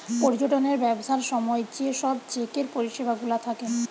পর্যটনের ব্যবসার সময় যে সব চেকের পরিষেবা গুলা থাকে